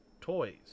toys